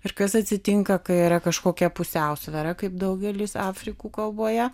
ir kas atsitinka kai yra kažkokia pusiausvyra kaip daugelis afrikų kalboje